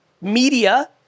media